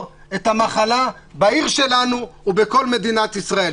את המחלה בעיר שלנו ובכל מדינת ישראל.